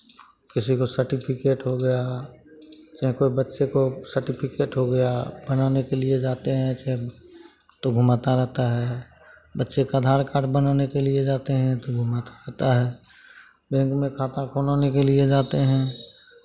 किसी को सर्टिफिकेट हो गया चाहे कोई बच्चे को सर्टिफिकेट हो गया बनाने के लिए जाते हैं एच एम तो घुमाता रहता है बच्चे का अधार कार्ड बनाने के लिए जाते हैं तो घुमाता रहता है बैंक में खाता खोलाने के लिए जाते हैं